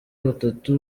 batatu